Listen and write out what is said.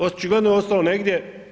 Očigledno je ostalo negdje.